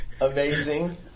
Amazing